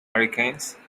hurricanes